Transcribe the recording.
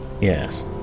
Yes